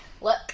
look